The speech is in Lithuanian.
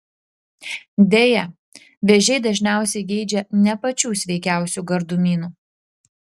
deja vėžiai dažniausiai geidžia ne pačių sveikiausių gardumynų